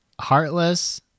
Heartless